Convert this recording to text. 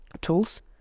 tools